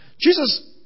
Jesus